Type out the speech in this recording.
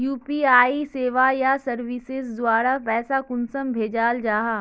UPI सेवाएँ या services द्वारा पैसा कुंसम भेजाल जाहा?